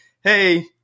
Hey